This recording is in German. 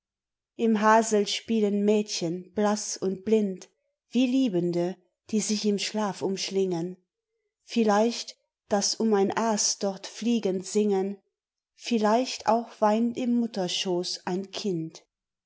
im hasel spielen mädchen blaß und blind wie liebende die sich im schlaf umschlingen vielleicht daß um ein aas dort fliegen singen vielleicht auch weint im mutterschoß ein kind